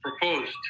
proposed